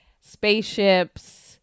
spaceships